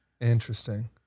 Interesting